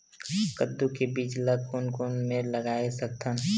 कददू के बीज ला कोन कोन मेर लगय सकथन?